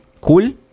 Cool